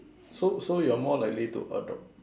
so so you're more likely to adopt